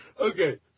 Okay